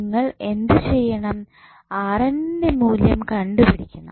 നിങ്ങൾ എന്തു ചെയ്യണം ന്റെ മൂല്യം കണ്ടുപിടിക്കണം